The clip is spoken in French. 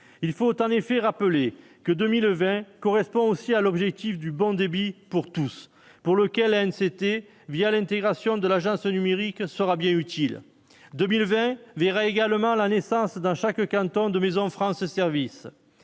il faut en effet rappeler que 2020 correspond aussi à l'objectif du bon débit pour tous, pour lequel elle s'était via l'intégration de l'agence numérique sera bien utile 2020 verra également la naissance dans chaque canton de mes France ce service